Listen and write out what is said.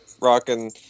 rocking